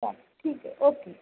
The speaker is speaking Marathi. चालेल ठीक आहे ओके